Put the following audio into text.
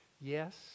Yes